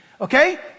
Okay